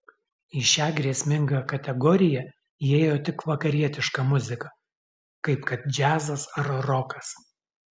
į šią grėsmingą kategoriją įėjo tik vakarietiška muzika kaip kad džiazas ar rokas